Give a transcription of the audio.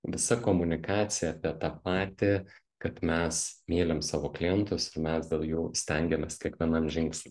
visa komunikacija apie tą patį kad mes mylim savo klientus ir mes dėl jų stengiamės kiekvienam žingsny